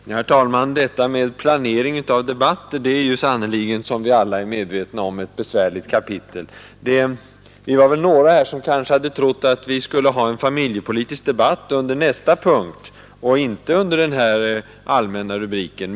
Herr talman! Detta med planering av debatter är sannerligen, som alla är medvetna om, ett besvärligt kapitel. Vi är några här som hade trott att vi skulle ha en familjepolitisk debatt under nästa punkt och inte under den allmänna rubriken.